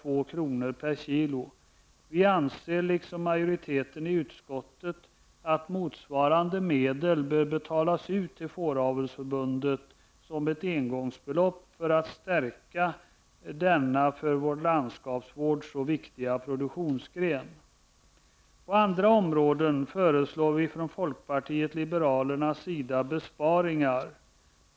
Vi anser liksom majoriteten i utskottet att motsvarande medel bör betalas ut till Fåravelsförbundet som ett engångsbelopp för att stärka denna för vår landskapsvård så viktiga produktionsgren. På andra områden föreslår vi från folkpartiet liberalernas sida besparingar.